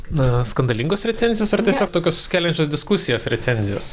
na skandalingos recenzijos ar tiesiog tokios keliančios diskusijas recenzijos